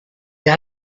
der